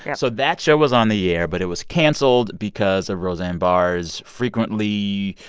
yeah so that show was on the yeah air. but it was cancelled because of roseanne barr's frequently.